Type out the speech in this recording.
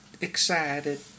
excited